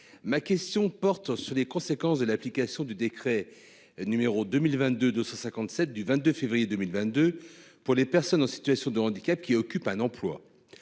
ma question porte sur les conséquences de l'application du décret numéro 2022, de 157 du 22 février 2022 pour les personnes en situation de handicap qui occupent un emploi.